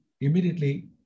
Immediately